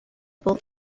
both